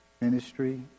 Ministry